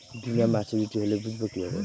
বীমা মাচুরিটি হলে বুঝবো কিভাবে?